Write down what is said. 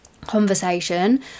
conversation